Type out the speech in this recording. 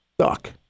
stuck